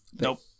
nope